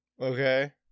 Okay